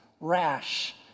rash